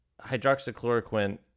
hydroxychloroquine